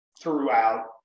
throughout